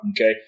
Okay